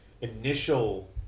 Initial